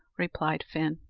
replied fin,